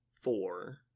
four